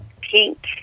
Pink